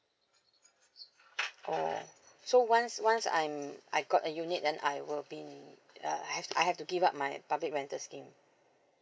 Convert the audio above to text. oh so once once I'm I've got a unit then I will be uh I I I have to give up my public rental scheme